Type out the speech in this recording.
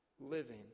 living